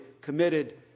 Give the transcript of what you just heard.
committed